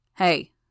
Hey